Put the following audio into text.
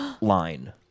line